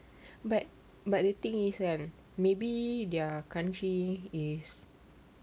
but but the thing is like maybe their country is